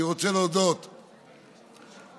אני רוצה להודות לעוזרי,